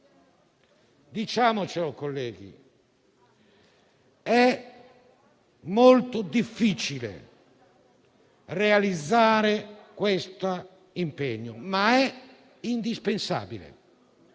Diciamocelo, colleghi: è molto difficile realizzare questo impegno, ma è indispensabile.